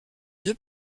deux